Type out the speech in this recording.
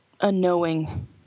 unknowing